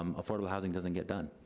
um affordable housing doesn't get done.